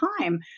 time